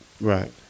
Right